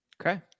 Okay